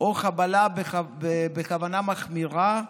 או חבלה בכוונה מחמירה,